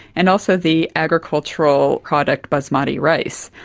and also the agricultural product basmati rice.